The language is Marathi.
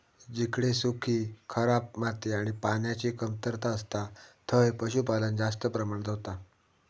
जिकडे सुखी, खराब माती आणि पान्याची कमतरता असता थंय पशुपालन जास्त प्रमाणात होता